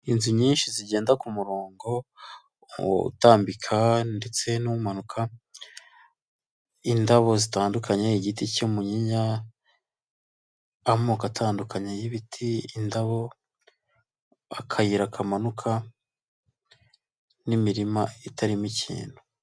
Inzu nyinshi zigenda ku murongo utambika ndetse n'umanuka: indabo zitandukanye, igiti cy'umuyinya, amoko atandukanye y'ibiti, indabo, akayira kamanuka n'imirima itarimo ikintu.